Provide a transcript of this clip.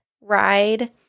ride